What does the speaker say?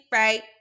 right